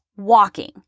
walking